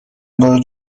برو